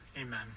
amen